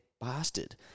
bastard